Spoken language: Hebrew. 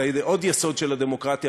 עוד יסוד של הדמוקרטיה,